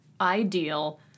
ideal